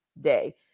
day